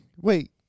Wait